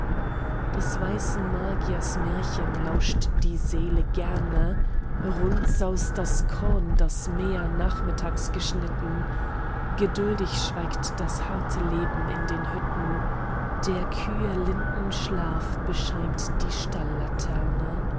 des weißen magiers märchen lauscht die seele gerne rund saust das korn das mäher nachmittags geschnitten geduldig schweigt das harte leben in den hütten der kühe linden schlaf bescheint die